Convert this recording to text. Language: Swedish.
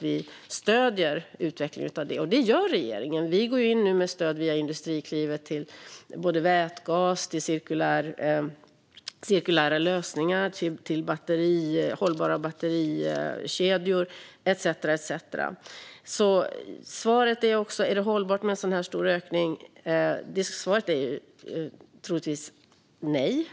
vi stödja utvecklingen av dessa, och det gör regeringen. Vi går nu in med stöd via Industriklivet till vätgas, cirkulära lösningar, hållbara batterikedjor etcetera. Svaret på frågan om det är hållbart med en så här stor ökning är troligtvis nej.